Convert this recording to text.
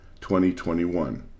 2021